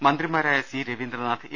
മന്ത്രിമാരായ C Raveendranath A